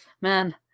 man